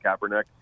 Kaepernick